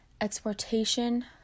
exportation